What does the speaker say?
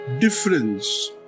difference